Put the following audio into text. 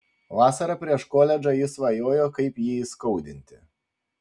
vasarą prieš koledžą ji svajojo kaip jį įskaudinti